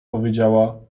powiedziała